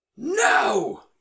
No